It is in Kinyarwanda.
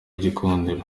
igikundiro